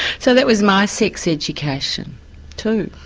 so that was my sex education too.